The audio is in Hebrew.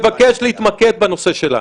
אבל אני מבקש להתמקד בנושא שלנו.